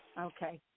Okay